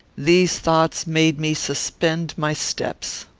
these thoughts made me suspend my steps.